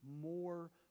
more